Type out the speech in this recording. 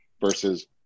versus